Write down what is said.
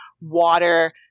water